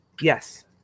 Yes